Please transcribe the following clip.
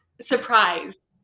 surprise